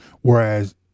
Whereas